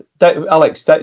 Alex